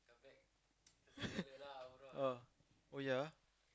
oh oh yeah ah